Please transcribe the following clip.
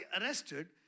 arrested